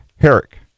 Herrick